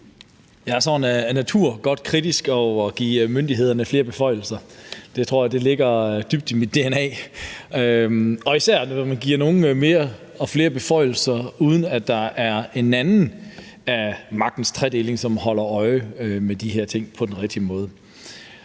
Jeg er af natur godt kritisk over for at give myndighederne flere beføjelser – det tror jeg ligger dybt i mit dna – og især når man giver nogle flere beføjelser, uden at der er en anden del af magtens tredeling, som holder øje med de her ting på den rigtige måde.